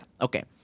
okay